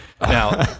Now